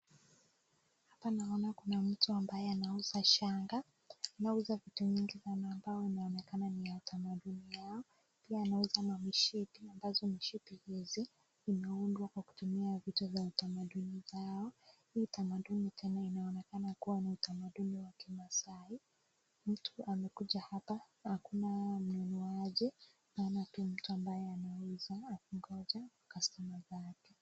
Hapa naona kua kuna mtu ambaye anauza shanga ,anauza vitu mingi sana ambao unaonekana ni wa kitamaduni. Pia anauza mamishipi ambazo mishipi hizi zimeundwa kwa kutumia vitu vya kitamaduni. Hii utamaduni unaonekana kama ni utamaduni wa kimaasai. Mtu amekuja hapa, hakuna mnunuaji. Naona tu mtu ambaye anauza akingoja customer zake.